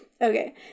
Okay